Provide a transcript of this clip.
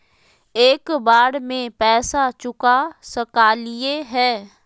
एक बार में पैसा चुका सकालिए है?